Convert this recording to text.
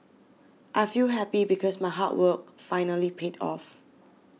I feel happy because my hard work finally paid off